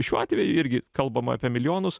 šiuo atveju irgi kalbama apie milijonus